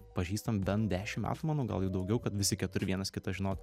pažįstam bent dešim metų manau gal jau daugiau kad visi keturi vienas kitą žinot